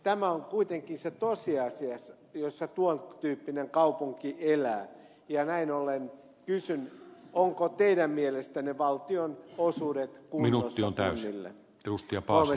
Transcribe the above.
tämä on kuitenkin se tosiasia jossa tuon tyyppinen kaupunki elää ja näin ollen kysyn ovatko teidän mielestänne valtionosuudet kunnille kunnossa